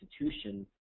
institution